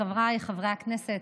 חבריי חברי הכנסת,